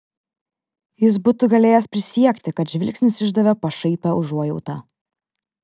jis būtų galėjęs prisiekti kad žvilgsnis išdavė pašaipią užuojautą